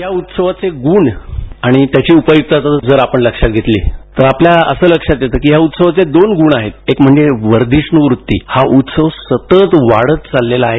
या उत्सवाचे गुण आणि उपयुक्तता जर आपण लक्षात घेतली तर आपल्याला असं लक्षात येतं की या उत्सवाचे दोन गुण आहेत की एक म्हणजे वर्धीष्णू वृत्ती हा उत्सव सतत वाढत चाललेला आहे